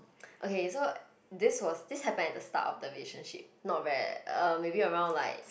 okay so this was this happened at the start of relationship not where uh maybe around like